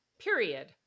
period